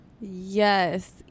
yes